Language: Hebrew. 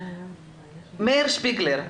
מאיר שפיגלר,